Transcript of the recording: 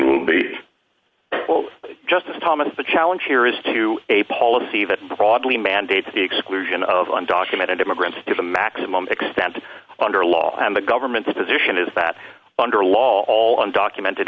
will be justice thomas the challenge here is to a policy that broadly mandates the exclusion of undocumented immigrants to the maximum extent under law and the government's position is that under law all undocumented